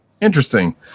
interesting